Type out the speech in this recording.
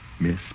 Miss